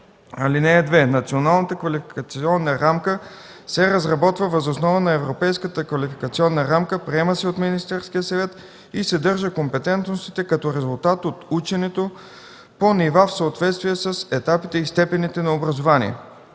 (2) Националната квалификационна рамка се разработва въз основа на Европейската квалификационна рамка, приема се от Министерския съвет и съдържа компетентностите като резултат от ученето по нива в съответствие с етапите и степените на образование.